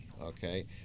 okay